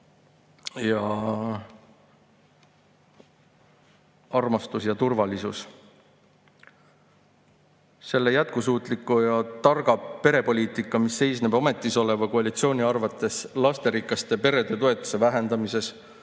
armastus ja turvalisus, see jätkusuutlik ja tark perepoliitika, mis seisneb ametisoleva koalitsiooni arvates lasterikaste perede toetuse vähendamises,